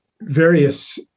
various